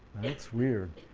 that's weird,